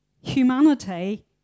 humanity